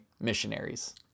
missionaries